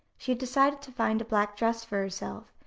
she had decided to find a black dress for herself,